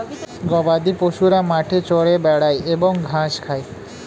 গবাদিপশুরা মাঠে চরে বেড়ায় এবং ঘাস খায়